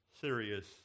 serious